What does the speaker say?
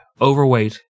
overweight